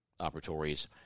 operatories